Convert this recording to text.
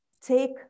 Take